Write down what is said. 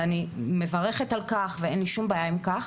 ואני מברכת על כך ואין לי שום בעיה עם כך,